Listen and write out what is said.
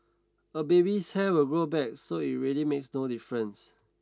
a baby's hair will grow back so it really makes no difference